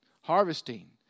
harvesting